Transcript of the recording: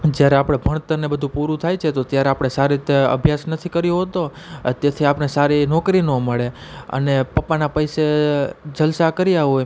જ્યારે આપણે ભણતરને બધુ પૂરું થાય છે તો ત્યારે આપણે સારી રીતે અભ્યાસ નથી કર્યો હોતો તેથી આપણને સારી નોકરી ન મળે અને પપ્પાના પૈસે જલસા કર્યા હોય